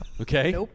Okay